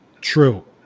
true